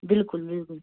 بِلکُل بِلکُل